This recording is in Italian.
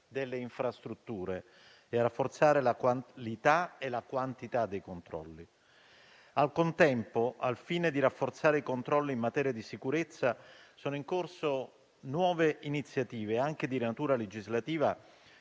delle infrastrutture e a rafforzare la qualità e la quantità dei controlli. Al contempo, al fine di rafforzare i controlli in materia di sicurezza, sono in corso nuove iniziative, anche di natura legislativa,